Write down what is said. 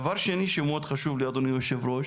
הדבר השני שמאוד חשוב לי, אדוני יושב הראש,